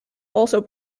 also